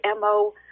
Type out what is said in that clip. MO